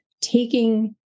taking